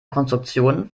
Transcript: konstruktion